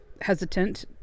Hesitant